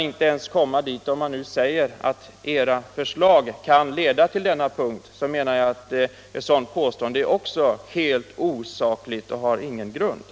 Även om man säger att ”era förslag kan ledå till denna punkt”, är påståendet enligt min mening helt osakligt och har inte någon grund.